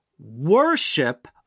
worship